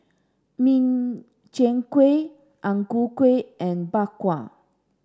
Min Chiang Kueh Ang Ku Kueh and Bak Kwa